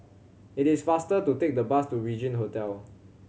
it is faster to take the bus to Regin Hotel